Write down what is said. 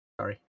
Sorry